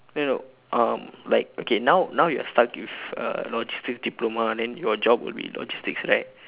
no no um like okay now now you are stuck with uh logistics diploma then your job will be logistics right